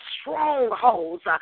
strongholds